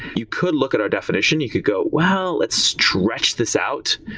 you could look at our definition. you could go, well, let's stretch this out,